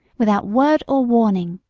without word or warning,